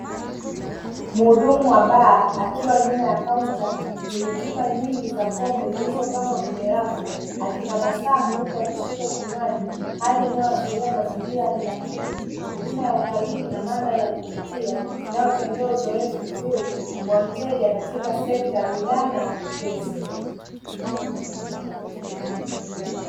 Muhudumu wa baa akiwa nyuma ya akaunta yenye chupa nyingi za pombe zilizopangwa kwenye rafu akitabasamu huku akishika kinywaji hali inayoashiria mazingira ya kirafiki, huduma ya ukarimu, na madhari ya kuvutia inayochangia uzoefu mzuri wa mteja katika sekta ya burudani na mapokezi.